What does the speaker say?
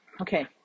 Okay